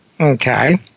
Okay